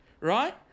right